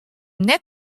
net